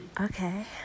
Okay